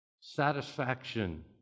satisfaction